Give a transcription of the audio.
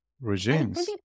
regimes